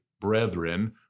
brethren